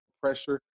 pressure